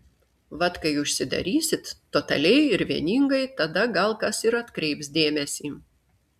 vat kai užsidarysit totaliai ir vieningai tada gal kas ir atkreips dėmesį